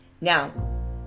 Now